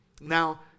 Now